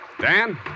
Dan